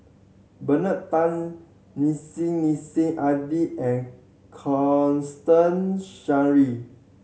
Bernard Tan Nissim Nassim Adi and Constance